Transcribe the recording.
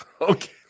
okay